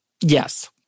Yes